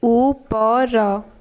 ଉପର